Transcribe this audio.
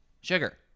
Sugar